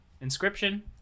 inscription